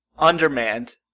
undermanned